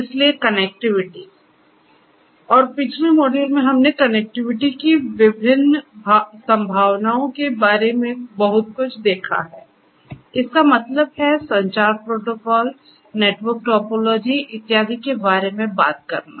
इसलिए कनेक्टिविटी और पिछले मॉड्यूल में हमने कनेक्टिविटी की विभिन्न संभावनाओं के बारे में बहुत कुछ देखा है इसका मतलब है संचार प्रोटोकॉल नेटवर्क टोपोलॉजी इत्यादि के बारे में बात करना